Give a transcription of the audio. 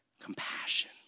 Compassion